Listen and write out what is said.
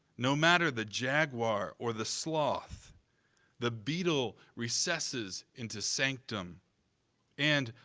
no matter the jaguar or the sloth the beetle recesses into sanctum and,